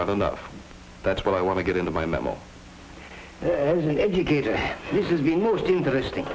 are enough that's what i want to get into my memory as an educator this is the most interesting